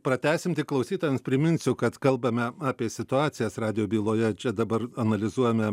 pratęsim tik klausytojams priminsiu kad kalbame apie situacijas radijo byloje čia dabar analizuojame